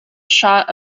shot